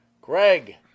greg